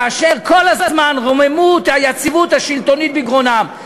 כאשר כל הזמן רוממות היציבות השלטונית בגרונם.